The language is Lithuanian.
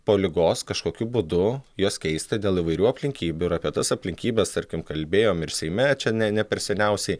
po ligos kažkokiu būdu juos keisti dėl įvairių aplinkybių ir apie tas aplinkybes tarkim kalbėjom ir seime čia ne ne per seniausiai